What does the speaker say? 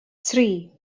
tri